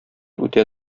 үтә